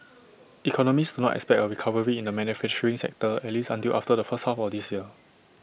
economists do not expect A recovery in the manufacturing sector at least until after the first half of this year